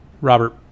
Robert